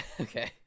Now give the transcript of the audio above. Okay